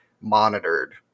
monitored